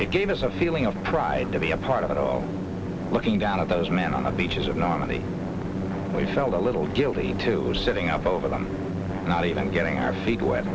it gave us a feeling of pride to be a part of it all looking down at those men on the beaches of normandy we felt a little guilty to sitting up over them even getting our feet w